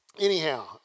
anyhow